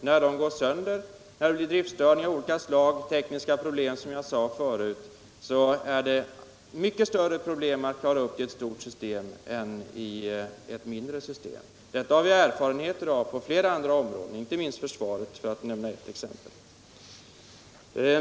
När de går sönder och när det blir driftstörningar av olika slag, tekniska problem, är det mycket svårare att klara upp dem i ett stort system än i ett mindre — det har vi erfarenheter av på flera andra områden, inte minst inom försvaret, för att nämna ett exempel.